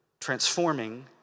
transforming